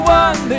one